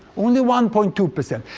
only one point two percent.